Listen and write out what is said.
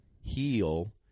Heal